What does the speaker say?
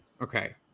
Okay